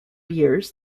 years